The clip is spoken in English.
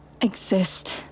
Exist